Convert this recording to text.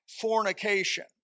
fornication